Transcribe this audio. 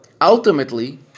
ultimately